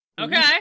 Okay